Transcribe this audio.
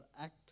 act